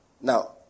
Now